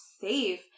safe